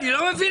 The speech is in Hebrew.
אני לא מבין,